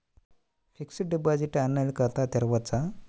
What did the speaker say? Fixed deposit online ఖాతా తెరువవచ్చా?